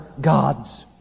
gods